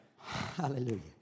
Hallelujah